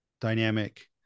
dynamic